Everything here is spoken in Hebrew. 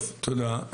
טוב, תודה.